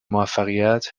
موفقیت